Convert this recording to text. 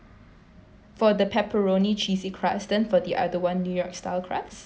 for the pepperoni cheesy crust then for the other one new york style crust